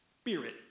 spirit